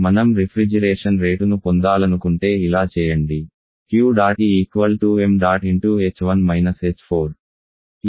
మనం రిఫ్రిజిరేషన్ రేటును పొందాలనుకుంటే ఇలా చేయండి Q̇̇E ṁ ఈ సందర్భంలో ఇది 7